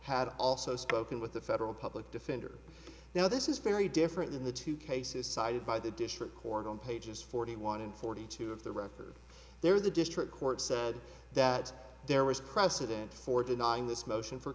had also spoken with the federal public defender now this is very different in the two cases cited by the district court on pages forty one and forty two of the record there the district court said that there was precedent for denying this motion for